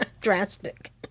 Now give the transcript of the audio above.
drastic